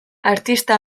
artista